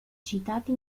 citati